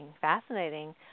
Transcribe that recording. Fascinating